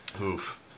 Oof